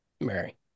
Mary